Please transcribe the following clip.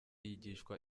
yigishwa